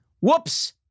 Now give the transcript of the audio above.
Whoops